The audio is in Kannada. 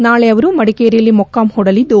ನಾಳೆ ಅವರು ಮಡಿಕೇರಿಯಲ್ಲಿ ಮೊಕ್ಕಾಂ ಹೂಡಲಿದ್ದು